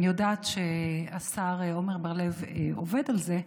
אני יודעת שהשר עמר בר לב עובד על זה,